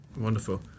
Wonderful